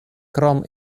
krom